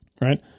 right